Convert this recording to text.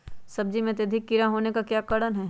सब्जी में अत्यधिक कीड़ा होने का क्या कारण हैं?